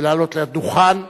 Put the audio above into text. ולעלות לדוכן ולהשיב,